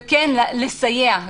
וכן לסייע,